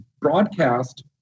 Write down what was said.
broadcast